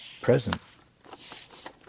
present